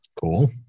cool